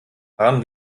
fahren